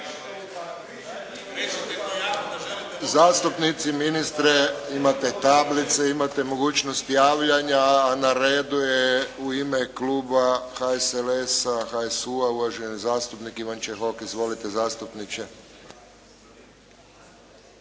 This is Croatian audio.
Zastupnici, ministre, imate tablice, imate mogućnost javljanja. Na redu je u ime Kluba HSLS-a, HSU-a uvaženi zastupnik Ivan Čehok. Izvolite zastupniče.